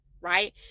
right